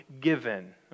given